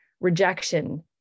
rejection